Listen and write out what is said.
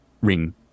ring